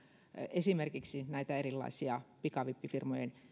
esimerkiksi näitä erilaisia pikavippifirmojen